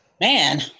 man